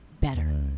better